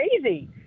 crazy